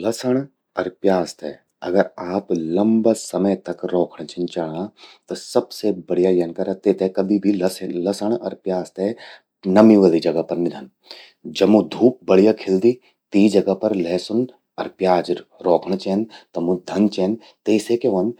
लसण अर प्याज ते अगर आप लंबा समय तक रौखण छिन चाणा त सबसे बढ़िया यन करा कि तेते कभि भी लसण अर प्याज ते नमी वलि जगा पर नि धन। जमू धूप बढ़िया खिलदि, तीं जगा पर लहसुन अर प्याज रौखण चेंद। तमु धन्न चेंद, ते से क्या व्हंद